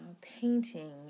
painting